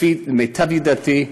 לפי מיטב ידיעתי,